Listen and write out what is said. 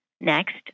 Next